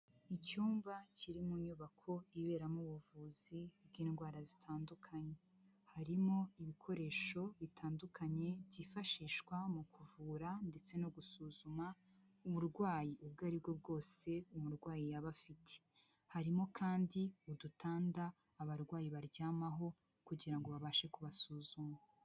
Icyumba kiri mu nyubako iberamo ubuvuzi bw'indwara zitandukanye harimo ibikoresho bitandukanye byifashishwa mu kuvura ndetse no gusuzuma uburwayi ubwo aribwo bwose umurwayi yaba afite harimo kandi udutanda abarwayi baryamaho kugira ngo babashe kubasuzuma.